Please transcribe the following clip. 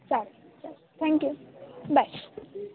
चालेल चालेल thank you bye